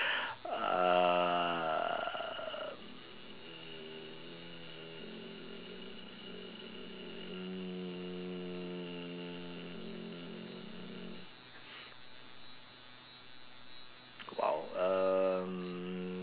um !wow! um